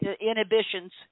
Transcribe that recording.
inhibitions